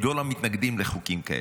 גדול המתנגדים לחוקים כאלה?